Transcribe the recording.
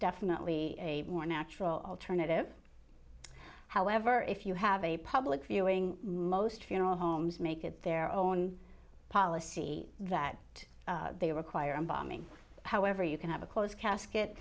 definitely a more natural alternative however if you have a public viewing most funeral homes make it their own policy that they require embalming however you can have a closed casket